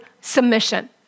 submission